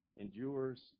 endures